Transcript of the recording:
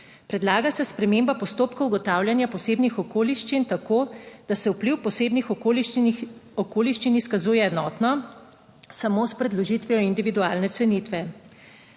Predlaga se sprememba postopka ugotavljanja posebnih okoliščin tako, da se vpliv posebnih okoliščin izkazuje enotno, samo s predložitvijo individualne cenitve.